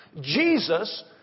Jesus